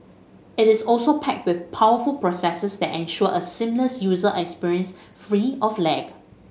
it is also packed with powerful processors that ensure a seamless user experience free of lag